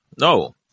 No